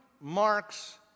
Marx